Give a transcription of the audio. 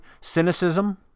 Cynicism